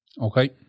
Okay